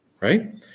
right